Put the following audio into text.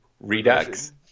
redux